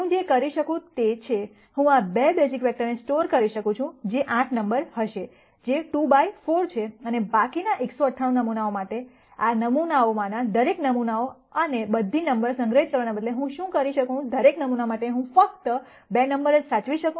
હું જે કરી શકું તે છે હું આ 2 બેઝિક વેક્ટર સ્ટોર કરી શકું છું જે 8 નમ્બર્સ હશે જે 2 બાય 4 છે અને બાકીના 198 નમૂનાઓ માટે આ નમૂનાઓમાંના દરેક નમૂનાઓ અને બધી નમ્બર્સ સંગ્રહિત કરવાને બદલે હું શું કરી શકું દરેક નમૂના માટે શું હું ફક્ત 2 નમ્બર્સ જ સાચવી શકું